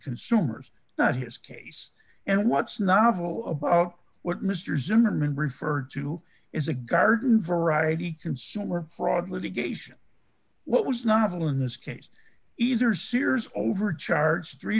consumers not his case and what's not awful about what mr zimmerman referred to is a garden variety consumer fraud litigation what was novel in this case either sears overcharged three